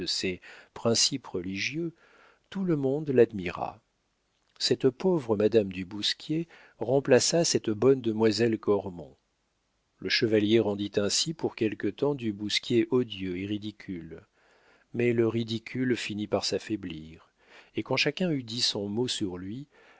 ses principes religieux tout le monde l'admira cette pauvre madame du bousquier remplaça cette bonne demoiselle cormon le chevalier rendit ainsi pour quelque temps du bousquier odieux et ridicule mais le ridicule finit par s'affaiblir et quand chacun eut dit son mot sur lui